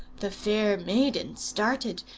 the fair maiden started,